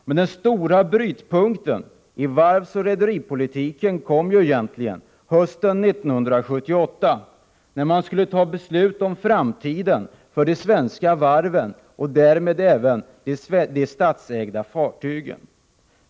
Den stora brytpunkten i varvsoch rederipolitiken kom egentligen hösten 1978, när beslut skulle fattas om framtiden för de svenska varven och därmed även de statsägda fartygen.